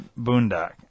boondock